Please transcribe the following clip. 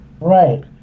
Right